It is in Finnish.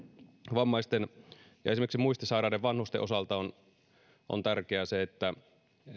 vammaisten ja esimerkiksi muistisairaiden vanhusten osalta on on tärkeää että